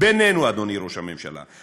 בינינו, אדוני ראש הממשלה,